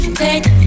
take